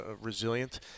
resilient